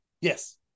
Yes